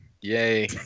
Yay